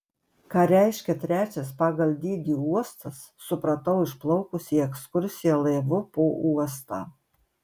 ką reiškia trečias pagal dydį uostas supratau išplaukus į ekskursiją laivu po uostą